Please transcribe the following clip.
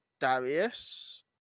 Darius